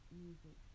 music